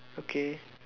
okay